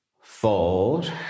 Fold